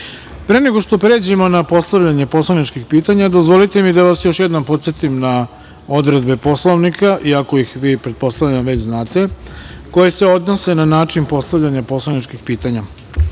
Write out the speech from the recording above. nego što pređemo na postavljanje poslaničkih pitanja, dozvolite mi da vas još jednom podsetim na odredbe Poslovnika, iako ih vi pretpostavljam već znate, koje se odnose na način postavljanja poslaničkih pitanja: